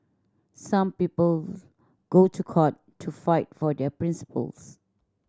some people go to court to fight for their principles